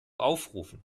aufrufen